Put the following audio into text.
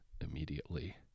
immediately